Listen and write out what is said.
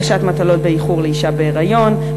הגשת מטלות באיחור לאישה בהיריון,